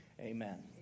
Amen